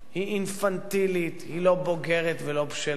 היא אינפנטילית, היא לא בוגרת ולא בשלה.